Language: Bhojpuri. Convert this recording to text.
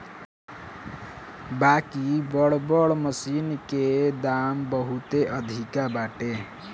बाकि बड़ बड़ मशीन के दाम बहुते अधिका बाटे